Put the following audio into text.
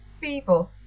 feeble